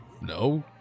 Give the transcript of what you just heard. no